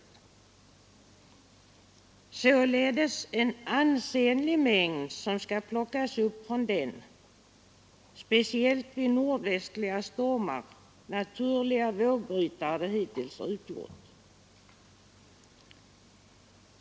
Det är således en ansenlig mängd sten som nu skall plockas från den, speciellt vid nordvästliga stormar, naturliga vågbrytare den hittills har utgjort.